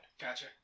Gotcha